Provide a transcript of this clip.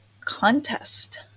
contest